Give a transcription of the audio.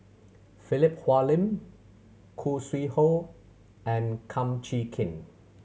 Philip Hoalim Khoo Sui Hoe and Kum Chee Kin